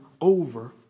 over